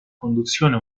conduzione